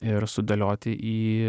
ir sudėlioti į